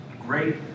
great